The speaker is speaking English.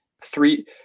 three